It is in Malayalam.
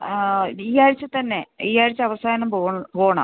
ആ ഈയാഴ്ച്ച തന്നെ ഈയാഴ്ച്ച അവസാനം പോവണം